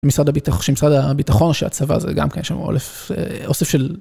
משרד הביטחון, שמשרד הביטחון או שהצבא, זה גם כן שם אוסף של.